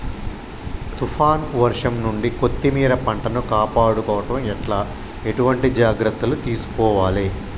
తుఫాన్ వర్షం నుండి కొత్తిమీర పంటను కాపాడుకోవడం ఎట్ల ఎటువంటి జాగ్రత్తలు తీసుకోవాలే?